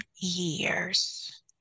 years